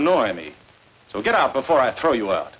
annoy me so get out before i throw you out